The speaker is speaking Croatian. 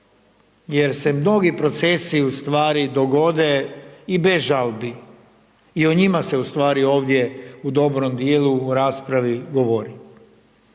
jer se mnogi procesi ustvari dogode i bez žalbi i o njima se ustvari ovdje u dobrom djelu u raspravi govori.